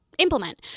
implement